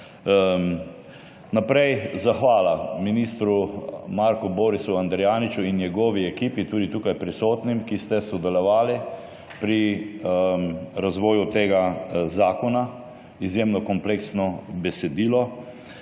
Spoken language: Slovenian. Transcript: Potem zahvala ministru Marku Borisu Andrijaniču in njegovi ekipi, tudi tukaj prisotnim, ki ste sodelovali pri razvoju tega zakona. To je izjemno kompleksno besedilo.